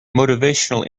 motivational